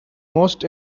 most